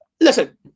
listen